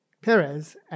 Perez